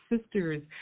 sisters